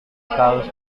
kaus